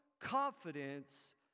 confidence